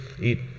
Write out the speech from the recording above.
eat